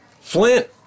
Flint